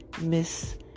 Miss